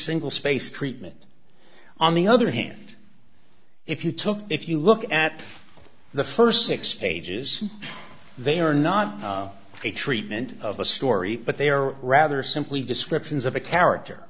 single spaced treatment on the other hand if you took if you look at the first six pages they are not a treatment of a story but they are rather simply descriptions of a character